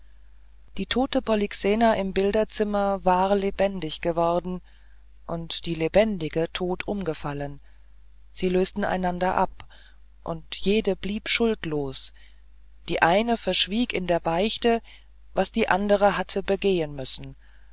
die tote polyxena im bilderzimmer war lebendig geworden und die lebendige tot umgefallen sie lösten einander ab und jede blieb schuldlos die eine verschwieg in der beichte was die andere hatte begehen müssen